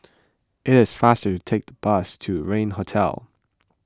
it is faster to take the bus to Regin Hotel